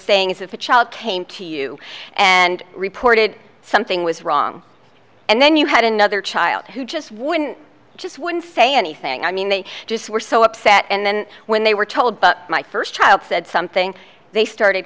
saying is if a child came to you and reported something was wrong and then you had another child who just wouldn't just wouldn't say anything i mean they just were so upset and then when they were told my first child said something they started